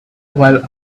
while